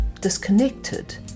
disconnected